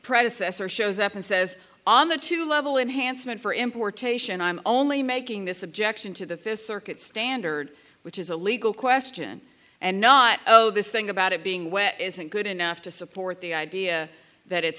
predecessor shows up and says on the two level enhancement for importation i'm only making this objection to the fifth circuit standard which is a legal question and not oh this thing about it being wet isn't good enough to support the idea that it's